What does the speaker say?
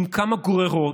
עם כמה גוררות,